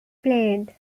played